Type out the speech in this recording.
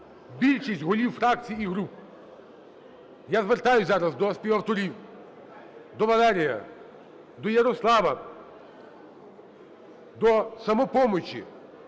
більшість голів фракцій і груп. Я звертаюсь зараз до співавторів – до Валерія, до Ярослава, до "Самопомочі",